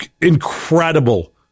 incredible